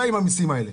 די עם המסים האלה.